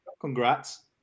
Congrats